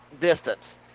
distance